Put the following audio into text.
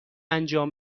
انجام